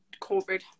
COVID